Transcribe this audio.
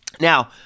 Now